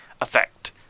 effect